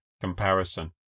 comparison